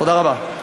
תודה רבה.